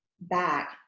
back